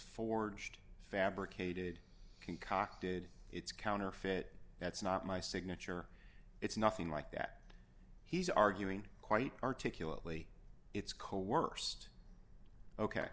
forged fabricated concocted it's counterfeit that's not my signature it's nothing like that he's arguing quite articulately it's cold worst ok